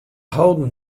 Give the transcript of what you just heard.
holden